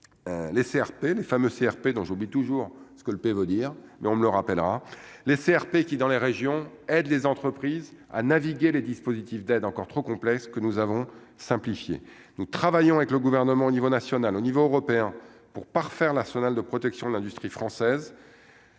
les CRP les femmes CRP dont j'oublie toujours ce que le pays vous dire mais on ne le rappellera les CRP qui dans les régions aident les entreprises à naviguer les dispositifs d'aide encore trop complexes que nous avons simplifié, nous travaillons avec le gouvernement, au niveau national, au niveau européen pour parfaire l'arsenal de protection de l'industrie française.